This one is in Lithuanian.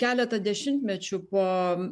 keletą dešimtmečių po